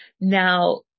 Now